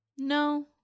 No